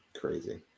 crazy